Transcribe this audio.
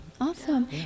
awesome